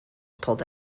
pulled